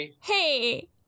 Hey